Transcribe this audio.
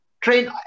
Train